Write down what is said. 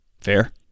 Fair